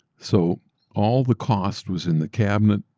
so all the cost was in the cabinet,